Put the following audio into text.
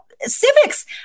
civics